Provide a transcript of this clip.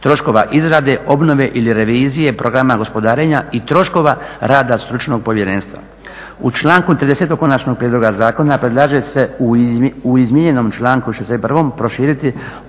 troškova izrade, obnove ili revizije programa gospodarenja i troškova rada stručnog povjerenstva. U članku 30. konačnog prijedloga zakona predlaže se u izmijenjenom članku 61. proširiti